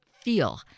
feel